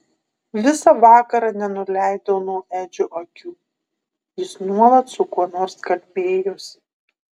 visą vakarą nenuleidau nuo edžio akių jis nuolat su kuo nors kalbėjosi